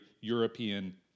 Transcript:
European